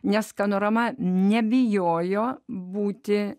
nes panorama nebijojo būti